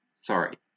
sorry